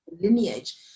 lineage